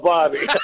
Bobby